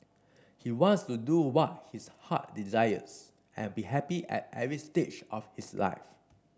he wants to do what his heart desires and be happy at every stage of his life